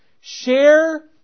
Share